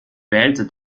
wählte